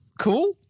cool